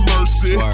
Mercy